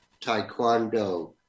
taekwondo